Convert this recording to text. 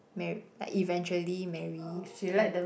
mar~ like eventually marry him